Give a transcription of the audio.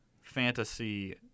fantasy